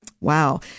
Wow